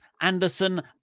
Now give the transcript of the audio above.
anderson